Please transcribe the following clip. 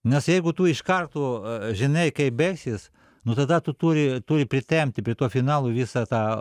nes jeigu tu iš karto žinai kaip baigsis nu tada tu turi turi pritempti prie to finalo visą tą